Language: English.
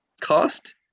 cost